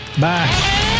bye